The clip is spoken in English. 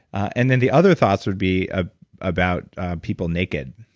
and then the other thoughts would be ah about people naked.